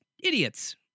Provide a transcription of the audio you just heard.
idiots